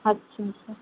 আচ্ছা আচ্ছা